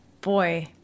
Boy